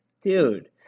dude